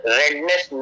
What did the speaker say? redness